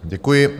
Děkuji.